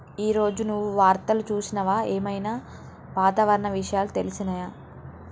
ఈ రోజు నువ్వు వార్తలు చూసినవా? ఏం ఐనా వాతావరణ విషయాలు తెలిసినయా?